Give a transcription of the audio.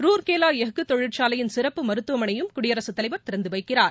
ரூர்கேவா எஃகு தொழிற்சாலையின் சிறப்பு மருத்துவமனையையும் குடியரசுத் தலைவர் திறந்து வைக்கிறார்